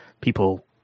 people